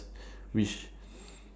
which